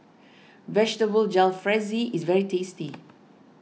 Vegetable Jalfrezi is very tasty